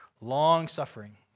Long-suffering